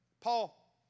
Paul